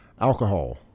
Alcohol